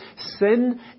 sin